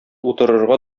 утырырга